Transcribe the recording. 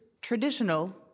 traditional